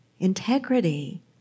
integrity